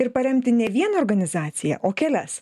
ir paremti ne vieną organizaciją o kelias